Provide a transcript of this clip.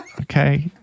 okay